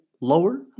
lower